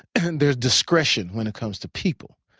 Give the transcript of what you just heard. and there's discretion when it comes to people.